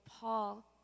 Paul